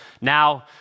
now